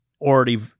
already